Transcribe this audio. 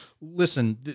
listen